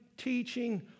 teaching